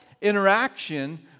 interaction